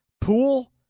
Pool